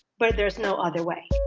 but there's no other way